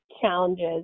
challenges